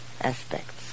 aspects